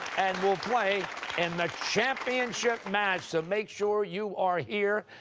and will play in the championship match. so make sure you are here,